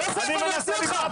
יוסף, אני אוציא אותך.